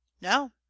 no